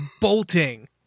bolting